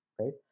right